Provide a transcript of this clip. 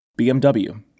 BMW